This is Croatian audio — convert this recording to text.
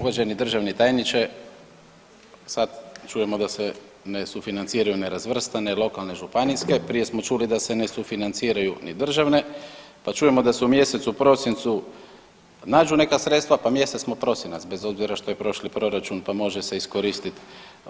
Uvaženi državni tajniče, sad čujemo da se ne sufinanciraju nerazvrstane, lokalne i županijske, prije smo čuli da se ne sufinanciraju ni države, pa čujemo da se u mjesecu prosincu nađu neka sredstva, pa mjesec smo prosinac bez obzira što je prošli proračun, pa može se iskoristit